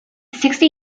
sixty